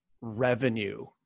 revenue